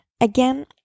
Again